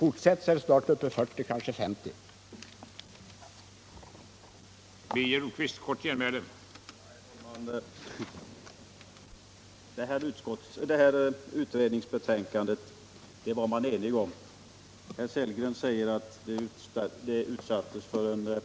Fortsätt så är man snart uppe i 40, kanske 50 öre.